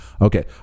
Okay